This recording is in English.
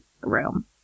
room